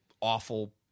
awful